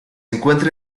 encuentra